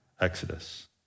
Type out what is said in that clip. Exodus